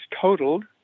totaled